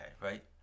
right